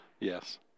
yes